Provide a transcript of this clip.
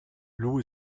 lou